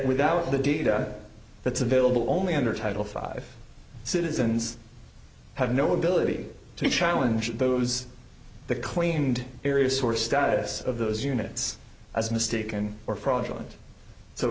without the data that's available only under title five citizens have no ability to challenge those the claimed areas or status of those units as mistaken or fraudulent so